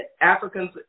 Africans